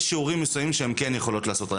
יש שיעורים מסוימים שהן כן יכולות לעשות.